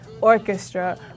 Orchestra